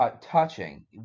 Touching